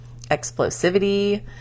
explosivity